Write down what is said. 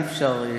אי-אפשר,